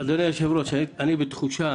אדוני היושב-ראש, אני בתחושה